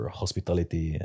hospitality